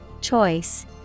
Choice